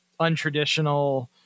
untraditional